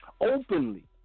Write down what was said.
Openly